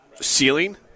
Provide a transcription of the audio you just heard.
ceiling